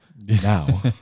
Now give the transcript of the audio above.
now